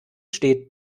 steht